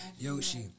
Yoshi